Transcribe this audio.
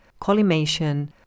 collimation